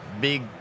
big